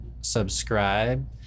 subscribe